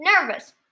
nervous